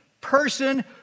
Person